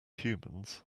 humans